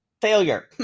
Failure